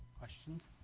questions